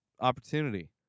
opportunity